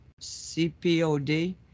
CPOD